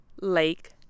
lake